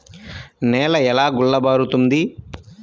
నేల ఎలా గుల్లబారుతుంది?